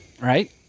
Right